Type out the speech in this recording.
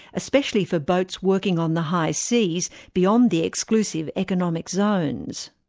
especially for boats working on the high seas, beyond the exclusive economic zones.